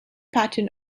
pattern